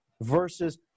versus